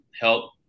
help